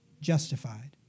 Justified